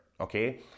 okay